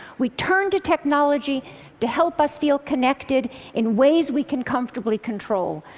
we turn to technology to help us feel connected in ways we can comfortably control.